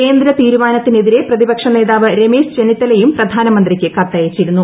കേന്ദ്ര തീരുമാനത്തിനെതിരെ പ്രതിപക്ഷ നേതാവ് രമേശ് ചെന്നിത്തലയും പ്രധാനമന്ത്രിക്ക് കത്തയച്ചിരുന്നു